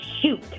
shoot